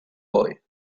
boy